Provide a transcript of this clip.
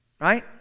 Right